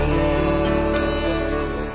love